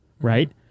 right